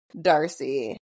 Darcy